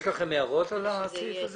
יש לכם הערות על הסעיף הזה?